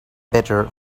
better